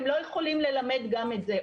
הם לא יכולים ללמד גם את זה.